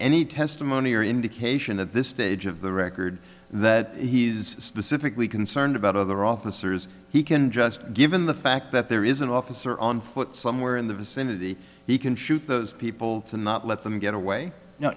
any testimony or indication at this stage of the record that he is specifically concerned about other officers he can just given the fact that there is an officer on foot somewhere in the vicinity he can shoot people to not let them get away no